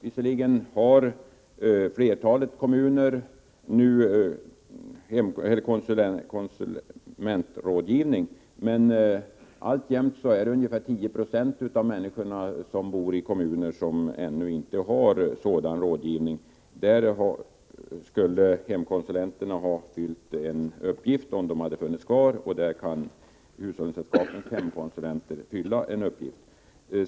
Visserligen har flertalet kommuner nu konsumentrådgivning, men alltjämt bor ungefär 1096 av människorna i kommuner som ännu inte har sådan rådgivning. För dessa människor skulle hemkonsulenterna ha fyllt en speciell uppgift om de hade funnits kvar, och hushållningssällskapens hemkonsulenter kan nu fylla denna uppgift.